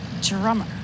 Drummer